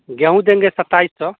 गेहूँ देंगे सत्ताइस सौ